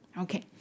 okay